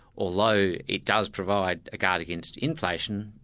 although it does provide a guard against inflation,